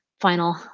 final